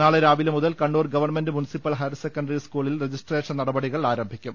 നാളെ രാവിലെ മുതൽ Kannur government municipal higher secondary സ്കൂളിൽ രജിസ്ട്രേഷൻ ആരംഭിക്കും